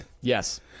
Yes